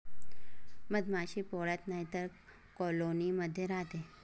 मधमाशी पोळ्यात नाहीतर कॉलोनी मध्ये राहते